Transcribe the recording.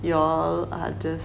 you all are just